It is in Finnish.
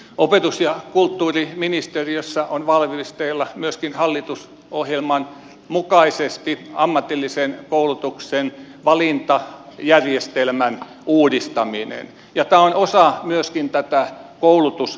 opetus ja kulttuuriministeriössä on valmisteilla myöskin hallitusohjelman mukaisesti ammatillisen koulutuksen valintajärjestelmän uudistaminen ja tämä on osa myöskin tätä koulutustakuuta